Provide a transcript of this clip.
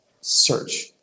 search